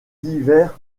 divers